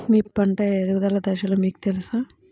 మీ పంట ఎదుగుదల దశలు మీకు తెలుసా?